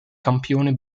campione